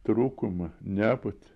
trūkumą nebūtį